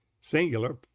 singular